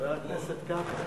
את חבר הכנסת כבל.